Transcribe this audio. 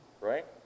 right